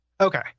okay